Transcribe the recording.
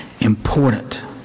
important